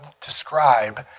describe